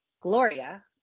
Gloria